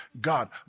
God